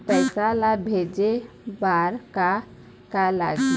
पैसा ला भेजे बार का का लगही?